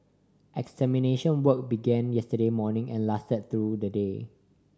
extermination work began yesterday morning and lasted through the day